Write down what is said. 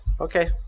Okay